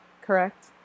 correct